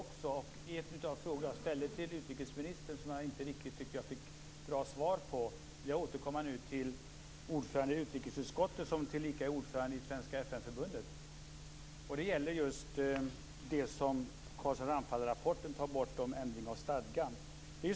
En av de frågor jag ställde till utrikesministern men inte fick något bra svar på vill jag nu ställa till ordföranden i utrikesutskottet, som tillika är ordförande i Svenska FN-förbundet. Det gäller just det som Carlsson-Ramphal-rapporten tar upp om ändring av stadgan.